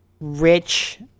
rich